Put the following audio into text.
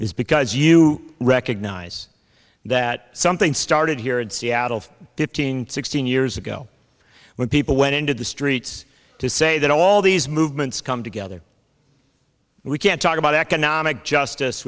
is because you recognize that something started here in seattle fifteen sixteen years ago when people went into the streets to say that all these movements come together we can't talk about economic justice